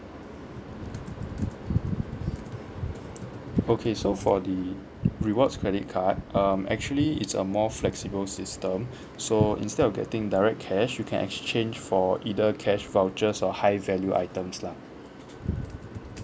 okay so for the rewards credit card um actually it's a more flexible system so instead of getting direct cash you can exchange for either cash voucher or high value items lah